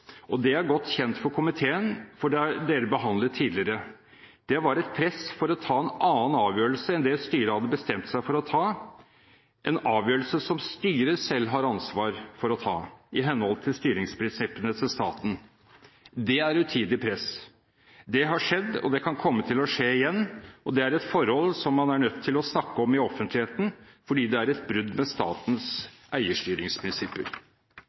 og det er godt kjent for komiteen, for det har dere behandlet tidligere. Det var et press for å ta en annen avgjørelse enn det styret hadde bestemt seg for å ta, en avgjørelse som styret selv har ansvar for å ta, i henhold til styringsprinsippene til staten. Det er utidig press. Det har skjedd, det kan komme til å skje igjen, og det er et forhold som man er nødt til å snakke om i offentligheten, fordi det er et brudd med statens eierstyringsprinsipper.»